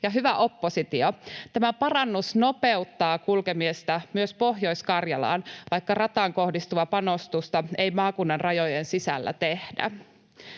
hyvä oppositio, tämä parannus nopeuttaa kulkemista myös Pohjois-Karjalaan, vaikka rataan kohdistuvaa panostusta ei maakunnan rajojen sisällä tehdä.